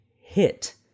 hit